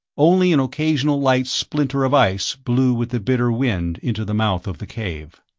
only an occasional light splinter of ice blew with the bitter wind into the mouth of the cave.